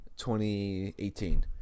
2018